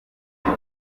ngo